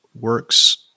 works